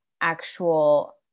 actual